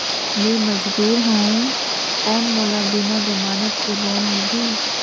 मे मजदूर हवं कौन मोला बिना जमानत के लोन मिलही?